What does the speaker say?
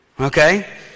okay